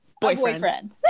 Boyfriend